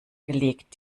gelegt